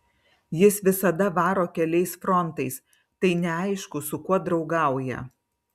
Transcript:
jis visada varo keliais frontais tai neaišku su kuo draugauja